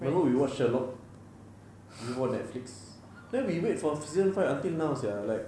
remember we watched sherlock we watch netflix then we wait for season five until now sia like